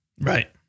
Right